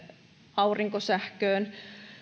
aurinkosähköön